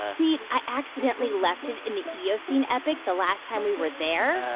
see, i accidentally left it in the eocene epoch the last time we were there.